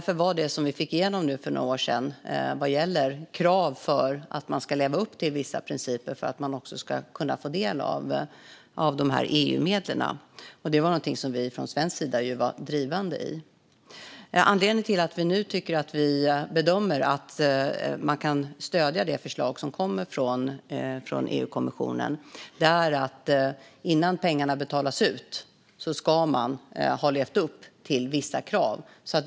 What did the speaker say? För några år sedan vi fick igenom krav på att man ska leva upp till vissa principer för att få del av EU-medel, där vi från svensk sida var drivande. Anledningen till att vi nu tycker att vi kan stödja det förslag som kommer från EU-kommissionen är att man ska ha levt upp till vissa krav innan pengarna betalas ut.